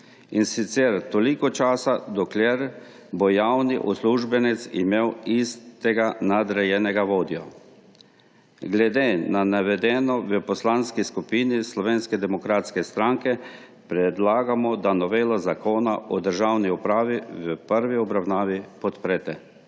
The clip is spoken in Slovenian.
in sicer toliko časa, dokler bo javni uslužbenec imel istega nadrejenega vodjo. Glede na navedeno v Poslanski skupini Slovenske demokratske stranke predlagamo, da novelo Zakona o državni upravi v prvi obravnavi podprete.